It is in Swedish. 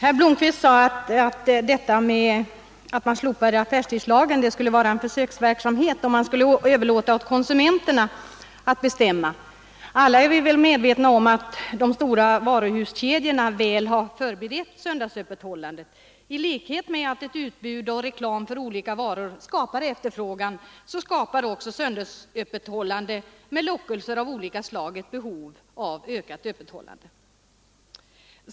Fru talman! Herr Blomkvist sade att slopandet av affärstidslagen skulle innebära en försöksverksamhet och att man skulle överlåta åt konsumenterna att bestämma. Alla är vi medvetna om att de stora varuhuskedjorna väl har förberett söndagsöppethållandet. På samma sätt som ett utbud av och en reklam för olika varor skapar efterfrågan, så skapar också söndagsöppethållandet med lockelser av olika slag behov av ökat öppethållande.